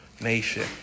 nation